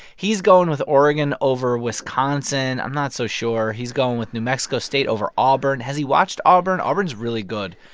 he's going with oregon over wisconsin. i'm not so sure. he's going with new mexico state over auburn. has he watched auburn? auburn's really good.